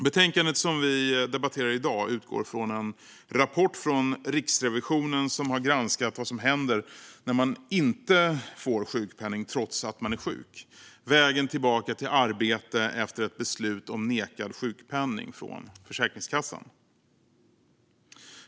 Betänkandet som vi debatterar i dag utgår från en rapport från Riksrevisionen, som har granskat vad som händer när man inte får sjukpenning trots att man är sjuk - vägen tillbaka till arbete efter ett beslut om nekad sjukpenning från Försäkringskassan.